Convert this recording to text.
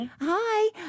Hi